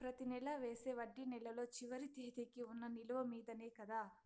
ప్రతి నెల వేసే వడ్డీ నెలలో చివరి తేదీకి వున్న నిలువ మీదనే కదా?